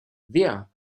wer